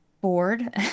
bored